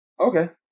Okay